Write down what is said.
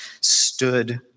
stood